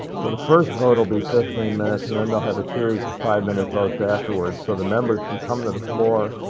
so the first vote will be fifteen minutes and then they'll have a series of five minute votes afterwards so the members can come to the floor.